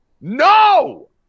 no